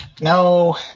No